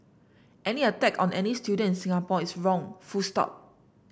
any attack on any student in Singapore is wrong full stop